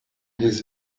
his